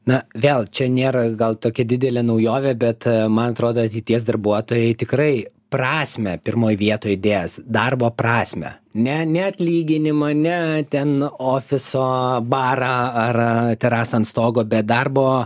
na vėl čia nėra gal tokia didelė naujovė bet man atrodo ateities darbuotojai tikrai prasmę pirmoj vietoj dės darbo prasmę ne ne atlyginimą ne ten ofiso barą ar terasą ant stogo bet darbo